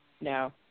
No